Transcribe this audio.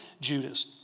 Judas